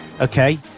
Okay